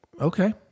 okay